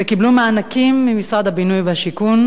וקיבלו מענקים ממשרד הבינוי והשיכון,